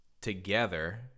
together